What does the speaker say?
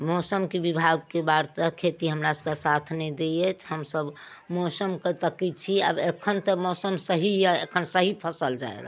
मौसमके बिभागके बार्तक खेती हमरा सभके साथ नहि दै अछि हमसभ मौसमके तकै छी आब एखन तऽ मौसम सही यऽ एखन सही फसल जा रहल